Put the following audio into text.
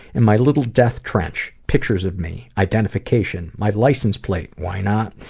in my little death trench, pictures of me, identification, my license plates, why not,